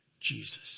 Jesus